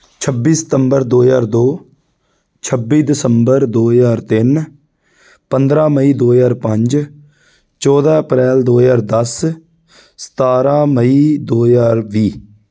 ਛੱਬੀ ਸਤੰਬਰ ਦੋ ਹਜ਼ਾਰ ਦੋ ਛੱਬੀ ਦਸੰਬਰ ਦੋ ਹਜ਼ਾਰ ਤਿੰਨ ਪੰਦਰ੍ਹਾਂ ਮਈ ਦੋ ਹਜ਼ਾਰ ਪੰਜ ਚੌਦ੍ਹਾਂ ਅਪ੍ਰੈਲ ਦੋ ਹਜ਼ਾਰ ਦਸ ਸਤਾਰ੍ਹਾਂ ਮਈ ਦੋ ਹਜ਼ਾਰ ਵੀਹ